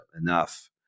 enough